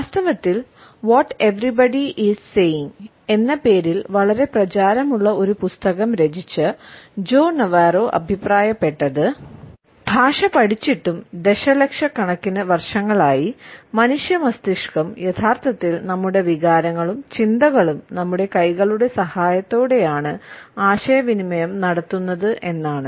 വാസ്തവത്തിൽ what everybody is saying' അഭിപ്രായപ്പെട്ടത് ഭാഷ പഠിച്ചിട്ടും ദശലക്ഷക്കണക്കിന് വർഷങ്ങളായി മനുഷ്യ മസ്തിഷ്കം യഥാർത്ഥത്തിൽ നമ്മുടെ വികാരങ്ങളും ചിന്തകളും നമ്മുടെ കൈകളുടെ സഹായത്തോടെയാണ് ആശയവിനിമയം നടത്തുന്നത് എന്നാണ്